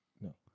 No